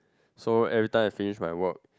so everytime I finished my work